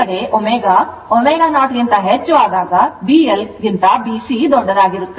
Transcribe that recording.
ಈ ಕಡೆ ω ω0 ಗಿಂತ ಹೆಚ್ಚಾದಾಗ BL ಗಿಂತ BC ದೊಡ್ಡದಾಗಿರುತ್ತದೆ